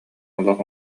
олох